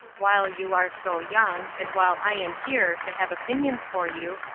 while you are so young, and while i am here to have opinions for you,